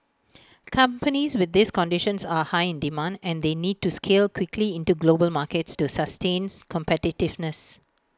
companies with these conditions are high in demand and they need to scale quickly into global markets to sustains competitiveness